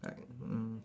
like mm mm